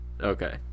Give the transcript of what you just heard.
Okay